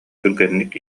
түргэнник